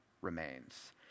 remains